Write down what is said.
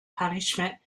punishment